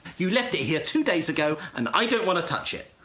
you left it here two days ago and i don't want to touch it.